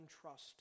trust